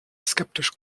skeptisch